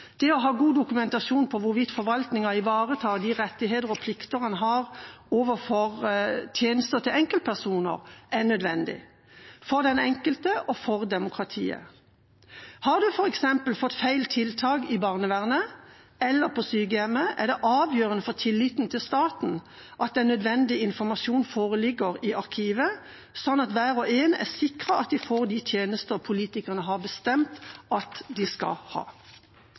Det å ha god dokumentasjon på hvorvidt forvaltningen ivaretar rettigheter og plikter når det gjelder tjenester til enkeltpersoner, er nødvendig – for den enkelte og for demokratiet. Har en f.eks. fått feil tiltak i barnevernet eller på sykehjemmet, er det avgjørende for tilliten til staten at nødvendig informasjon foreligger i arkivet, slik at hver og en er sikret at de får de tjenester politikerne har bestemt de skal ha.